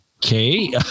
Okay